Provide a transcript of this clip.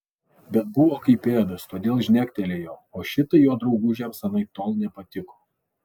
bet buvo kaip pėdas todėl žnektelėjo o šitai jo draugužiams anaiptol nepatiko